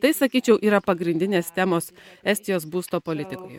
tai sakyčiau yra pagrindinės temos estijos būsto politikoje